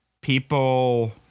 people